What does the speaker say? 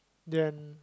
then